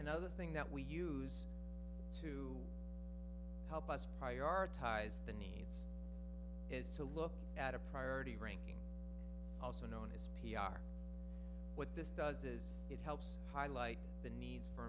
and other thing that we use to help us prioritize the need is to look at a priority ranking also known as p r what this does is it helps highlight the need for